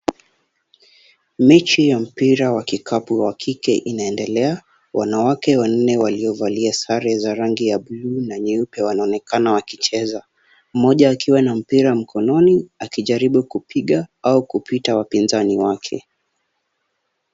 Mechi ya mpira wa kikapu wa kike unaendelea. Wanawake wanne waliovalia sare za rangi ya buluu na nyeupe wanaonekana wakicheza mmoja akiwa na mpira mkononi akijaribu kupiga au kupita wapinzani wake.